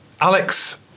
Alex